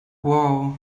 wow